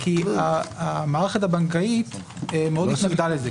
כי המערכת הבנקאית מאוד התנגדה לזה.